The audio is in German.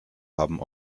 haben